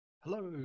Hello